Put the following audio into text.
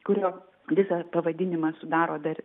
kurios visą pavadinimą sudaro dar